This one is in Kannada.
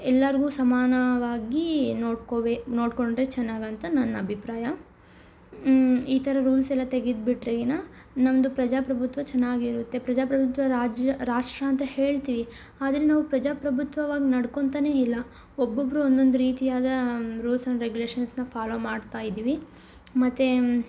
ಎಲ್ಲರ್ಗೂ ಸಮಾನವಾಗಿ ನೋಡ್ಕೋಬೇಕ್ ನೋಡಿಕೊಂಡ್ರೆ ಚೆನ್ನಾಗಿ ಅಂತ ನನ್ನ ಅಭಿಪ್ರಾಯ ಈ ಥರ ರೂಲ್ಸ್ ಎಲ್ಲ ತೆಗೆದು ಬಿಟ್ರೆನ ನಮ್ಮದು ಪ್ರಜಾಪ್ರಭುತ್ವ ಚೆನ್ನಾಗಿ ಇರುತ್ತೆ ಪ್ರಜಾಪ್ರಭುತ್ವ ರಾಜ್ಯ ರಾಷ್ಟ್ರ ಅಂತ ಹೇಳ್ತೀವಿ ಆದರೆ ನಾವು ಪ್ರಜಾಪ್ರಭುತ್ವವಾಗಿ ನಡ್ಕೊತಾನೇ ಇಲ್ಲ ಒಬ್ಬೊಬ್ಬರು ಒಂದೊಂದು ರೀತಿಯಾದ ರೂಲ್ಸ್ ಅಂಡ್ ರೆಗ್ಯುಲೇಷನ್ಸನ್ನ ಫಾಲೋ ಮಾಡ್ತಾ ಇದ್ದೀವಿ ಮತ್ತೆ